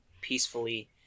peacefully